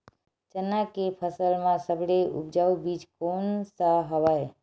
चना के फसल म सबले उपजाऊ बीज कोन स हवय?